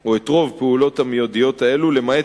או רוב הפעולות המיידיות האלה, למעט